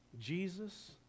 Jesus